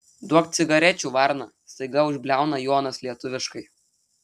duok cigarečių varna staiga užbliauna jonas lietuviškai